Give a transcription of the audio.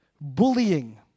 Bullying